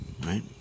right